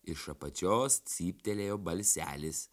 iš apačios cyptelėjo balselis